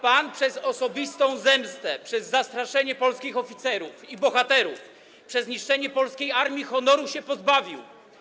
Pan przez osobistą zemstę, przez zastraszanie polskich oficerów i bohaterów, przez niszczenie polskiej armii honoru się pozbawił.